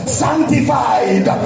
sanctified